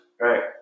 Right